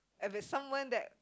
if it's someone that